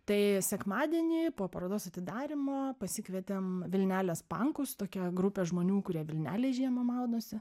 tai sekmadienį po parodos atidarymo pasikvietėm vilnelės pankus tokia grupė žmonių kurie vilnelėj žiemą maudosi